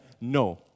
no